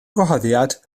gwahoddiad